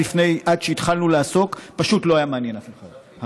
שהתחלנו לעסוק בו פשוט לא עניין אף אחד,